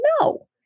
No